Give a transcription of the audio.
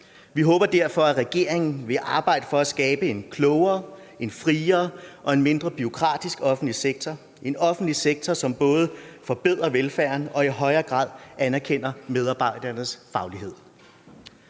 Vi håber derfor, at regeringen vil arbejde for at skabe en klogere, en friere og mindre bureaukratisk offentlig sektor, en offentlig sektor, som både forbedrer velfærden og i højere grad anerkender medarbejdernes faglighed.